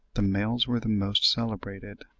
the males were the most celebrated,